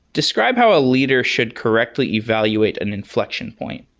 describe how a leader should correctly evaluate an inflection point